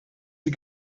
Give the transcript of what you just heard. sie